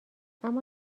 اما